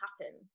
happen